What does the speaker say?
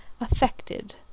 affected